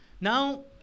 Now